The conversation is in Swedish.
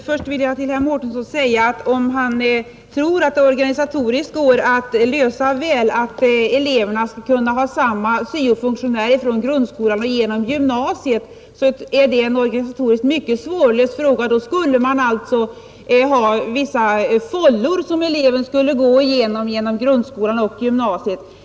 Fru talman! Först vill jag till herr Mårtensson säga att även om han tror att eleverna skall kunna ha samma syo-funktionär från grundskolan och genom gymnasiet så är det en organisatoriskt mycket svårlöst fråga. I så fall skulle man ha vissa fållor som eleven skulle gå i genom grundskolan och gymnasiet.